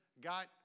got